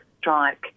strike